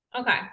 Okay